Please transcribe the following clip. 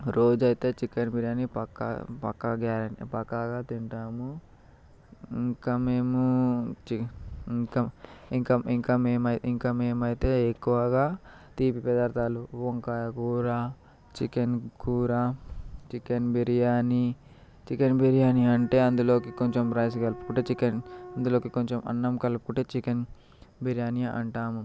రోజైతే చికెన్ బిర్యానీ పక్క పక్క గ్యారెంటీ పక్కాగా తింటాము ఇంకా మేము ఇంకా చి ఇంకా మేము ఇంకా మేము ఇంకా మేము ఇంకా మేము అయితే ఎక్కువగా తీపి పదార్థాలు ఎక్కువ వంకాయ కూర చికెన్ కూర చికెన్ బిర్యానీ చికెన్ బిర్యానీ అంటే అందులోకి కొంచెం రైస్ కలుపుకుంటే చికెన్ అందులోకి కొంచెం అన్నం కలుపుకుంటే అది చికెన్ బిర్యానీ అంటాము